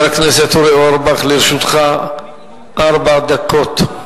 חבר הכנסת אורי אורבך, לרשותך ארבע דקות.